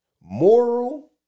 Moral